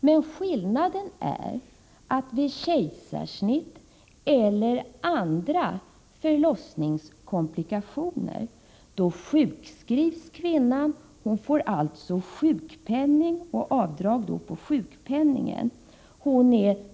Men skillnaden är att vid kejsnarsnitt eller andra förlossningskomplikationer sjukskrivs kvinnan. Hon får alltså sjukpenning och avdrag på sjukpenningen.